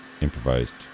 improvised